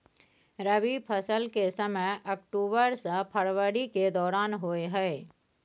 रबी फसल के समय अक्टूबर से फरवरी के दौरान होय हय